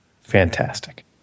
Fantastic